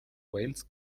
wales